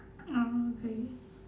oh okay